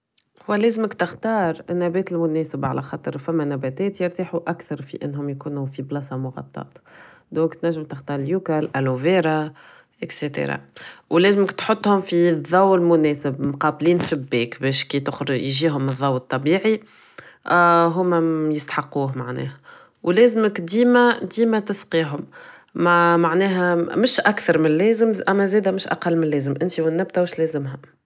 لازمك تختار النبات المناسب على خاطر فما نباتات يرتاحو اكثر في انهم يكونو في بلاصة مغطاة دونك تنجم تختار اليوكا الالوفيرا ect ولازمك تحطهم في الضوء المناسب مقابلين الشباك باش كي تخرج يجيهم الضوء الطبيعي هوما يستحقوه معناه و لازمك ديما ديما تسقيهم معناه مش اكثر من اللازم اما زاداومش اقل من اللازم انت و النبتة